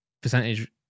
percentage